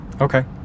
Okay